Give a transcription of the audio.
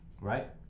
right